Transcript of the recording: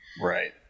right